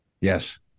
Yes